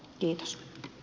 kiitos ei